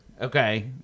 Okay